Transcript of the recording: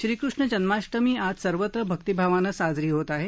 श्रीकृष्ण जन्माष्टमी आज सर्वत्र भक्तिभावानं साजरी होत आहे